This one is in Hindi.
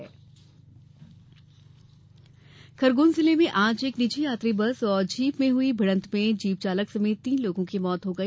हादसा खरगोन जिले में आज एक निजी यात्री बस और जीप में हुई भिड़ंत में जीप चालक समेत तीन लोगों की मौत हो गई